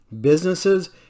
businesses